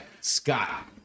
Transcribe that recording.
scott